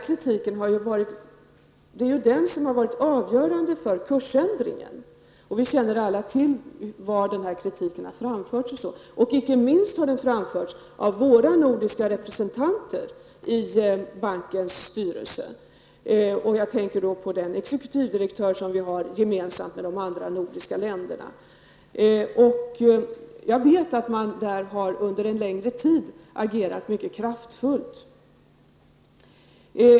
Kritiken har varit avgörande för kursändringen, och vi känner alla till var kritiken har framförts. Inte minst har den framförts av de nordiska representanterna i bankens styrelse. Jag tänker då på den exekutivdirektör som vi har gemensam med de andra nordiska länderna. Jag vet att man där under en längre tid har agerat mycket kraftfullt.